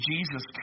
Jesus